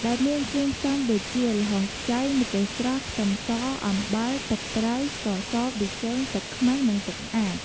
ដែលមានគ្រឿងផ្សំដូចជា ល្ហុងខ្ចី ម្ទេសស្រស់ ខ្ទឹមស អំបិល ទឹកត្រី ស្ករស ប៊ីចេង ទឹកខ្មេះ និងទឹកស្អាត។